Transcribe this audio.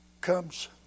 comes